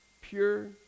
pure